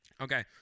Okay